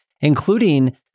including